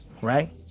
right